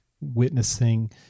witnessing